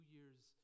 Year's